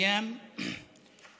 איימן